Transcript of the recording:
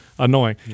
Annoying